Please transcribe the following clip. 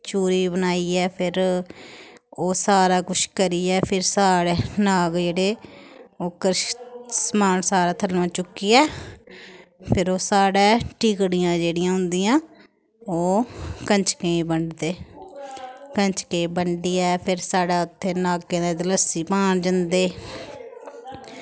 चूरी बनाइयै फिर ओह् सारा कुछ करियै फिर साढ़ै नाग जेह्ड़े ओह् समान सारा थल्लुआं चुक्कियै फिर ओह् साढ़ै टिकड़ियां जेह्ड़ियां होंदियां ओह् कंजकें गी बंडदे कंजकें गी बंडियै फिर साढ़ै उत्थैं नागें दे दलस्सी पान जंदे